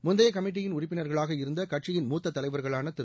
முந்தைய கமிட்டியின் உறுப்பினர்களாக இருந்த கட்சியின் மூத்த தலைவர்களான திரு